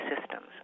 systems